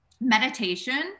meditation